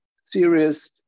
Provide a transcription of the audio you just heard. serious